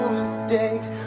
mistakes